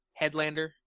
Headlander